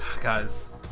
Guys